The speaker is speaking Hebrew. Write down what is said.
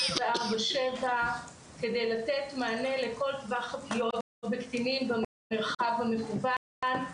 24/7 כדי לתת מענה לכל טווח הפגיעות בקטינים במרחב במקוון,